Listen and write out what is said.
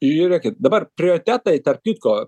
žiūrėkit dabar prioritetai tarp kitko